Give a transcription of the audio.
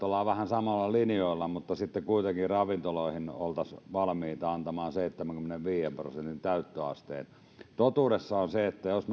ollaan vähän samoilla linjoilla mutta sitten kuitenkin ravintoloihin oltaisiin valmiita antamaan seitsemänkymmenenviiden prosentin täyttöaste totuus on se että jos